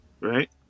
right